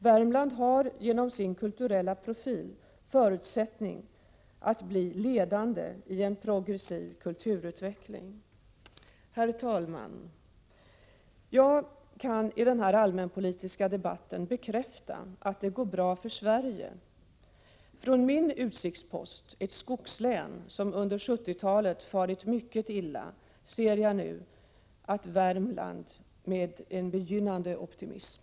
Värmland har genom sin kulturella profil förutsättningar att bli ledande i en progressiv kulturutveckling. Herr talman! Jag kan i den här allmänpolitiska debatten bekräfta att det går bra för Sverige. Från min utsiktspost, ett skogslän, som under 1970-talet farit mycket illa, ser jag nu ett Värmland med begynnande optimism.